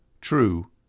True